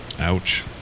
Ouch